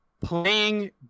playing